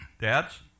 dads